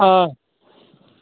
آ